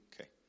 Okay